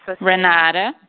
Renata